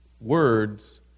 words